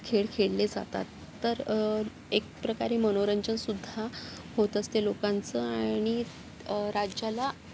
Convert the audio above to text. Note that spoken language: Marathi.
खेळ खेळले जातात तर एक प्रकारे मनोरंजन सुद्धा होत असते लोकांचं आणि राज्याला